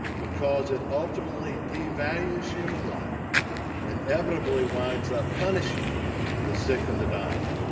because it ultimately devalues human life and inevitably winds up punishing the sick and the dying.